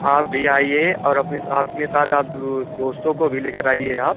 आप भी आइए और अपने आपने साथ आप वह दोस्तों को भी लेकर आइए आप